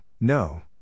no